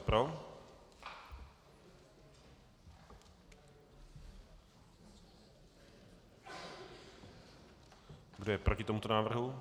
Kdo je proti tomuto návrhu?